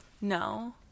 No